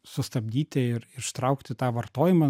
sustabdyti ir ištraukti tą vartojimą